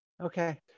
Okay